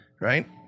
Right